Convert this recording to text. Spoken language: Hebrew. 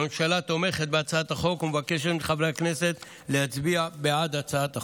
הממשלה תומכת בהצעת החוק ומבקשת מחברי הכנסת להצביע בעד הצעת החוק.